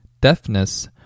deafness